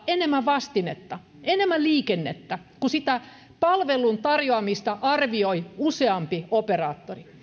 enemmän vastinetta enemmän liikennettä kun sitä palvelun tarjoamista arvioi useampi operaattori